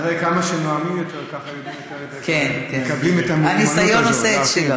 כנראה כמה שנואמים יותר ככה מקבלים את המיומנות הזאת.